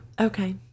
Okay